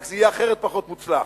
רק זה יהיה אחרת פחות מוצלח.